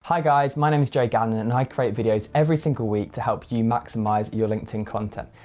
hi guys, my name is joe gannon and i create videos every single week to help you maximise your linkedin content.